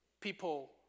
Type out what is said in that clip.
people